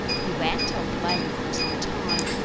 he went on playing for some time,